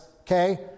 okay